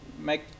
make